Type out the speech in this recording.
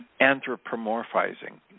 anthropomorphizing